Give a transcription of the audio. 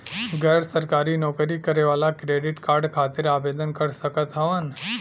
गैर सरकारी नौकरी करें वाला क्रेडिट कार्ड खातिर आवेदन कर सकत हवन?